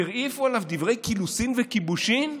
הרעיפו עליו דברי קילוסין וכיבושין,